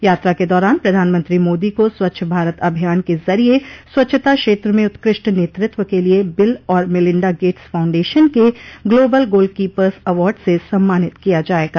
यात्रा के दौरान प्रधानमंत्री मोदी को स्वच्छ भारत अभियान के जरिए स्वच्छता क्षेत्र में उत्कृष्ट नेतृत्व के लिए बिल और मिलिंडा गेट्स फाउंडेशन के ग्लोबल गोलकीपर्स अवार्ड से सम्मानित किया जाएगा